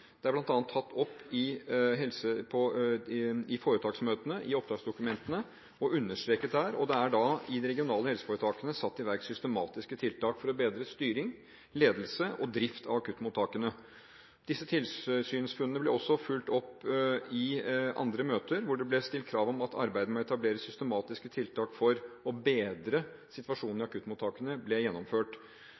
Det er bl.a. tatt opp i foretaksmøtene og i oppdragsdokumentene – og understreket der – og det er i de regionale helseforetakene satt i verk systematiske tiltak for å bedre styring, ledelse og drift av akuttmottakene. Disse tilsynsfunnene ble også fulgt opp i andre møter, hvor det ble stilt krav om at arbeidet med å etablere systematiske tiltak for å bedre situasjonen i akuttmottakene ble gjennomført.